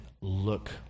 look